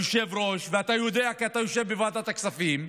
היושב-ראש, ואתה יודע, כי אתה יושב בוועדת הכספים,